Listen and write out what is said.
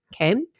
okay